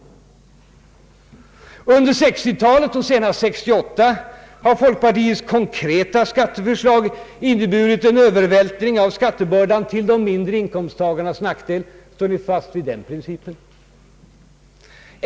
Under 1960-talet och senast 1968 har folkpartiets konkreta skatteförslag inneburit en övervältring av skattebördan till de mindre inkomsttagarnas nackdel. Står ni fast vid den principen?